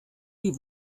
die